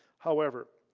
however,